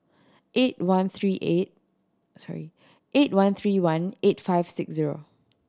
eight one three eight sorry eight one three one eight five six zero